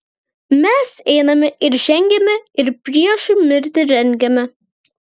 mes einame ir žengiame ir priešui mirtį rengiame